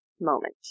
moment